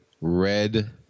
Red